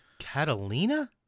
Catalina